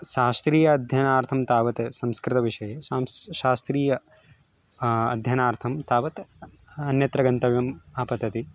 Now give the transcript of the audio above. शास्त्रीय अध्ययनार्थं तावत् संस्कृतविषये सां शास्त्रीय अध्ययनार्थं तावत् अन्यत्र गन्तव्यम् आपतति